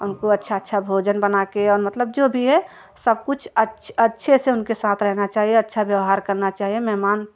उनको अच्छा अच्छा भोजन बनाकर और मतलब जो भी है सब कुछ अच्छे से उनके साथ रहना चाहिए अच्छा व्यवहार करना चाहिए मेहमान